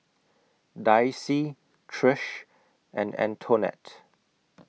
Daisye Trish and Antonette